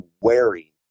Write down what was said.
wearing